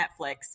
Netflix